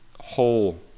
whole